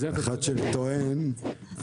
הוא לא טוען,